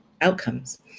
outcomes